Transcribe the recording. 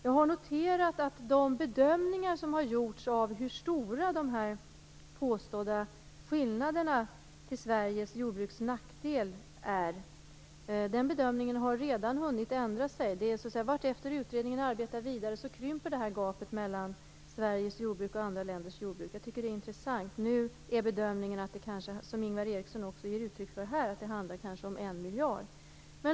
Jag har noterat att de bedömningar som har gjorts av hur stora de påstådda skillnaderna till Sveriges jordbruks nackdel är redan har hunnit ändra sig. Vartefter utredningen arbetar vidare krymper gapet mellan Sveriges jordbruk och andra länders jordbruk. Jag tycker att det är intressant. Nu är bedömningen, som Ingvar Eriksson också ger uttryck för, att det kanske handlar om en miljard.